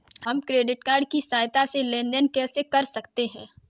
हम credit card की सहायता से लेन देन कैसे कर सकते हैं?